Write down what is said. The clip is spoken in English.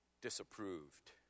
disapproved